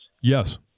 Yes